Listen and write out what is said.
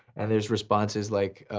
and there's responses like,